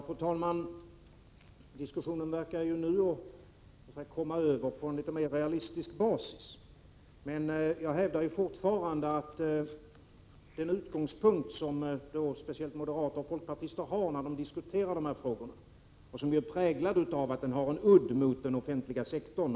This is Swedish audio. Fru talman! Diskussionen förefaller nu komma över på en mer realistisk basis. Men jag hävdar fortfarande att den diskussion som speciellt moderater och folkpartister för i dessa frågor inte går att föra på det sättet.